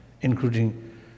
including